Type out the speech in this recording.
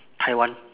taiwan